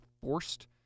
forced